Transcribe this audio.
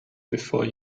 before